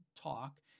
talk